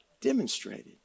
demonstrated